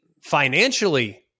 financially